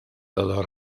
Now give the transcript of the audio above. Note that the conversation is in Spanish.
todo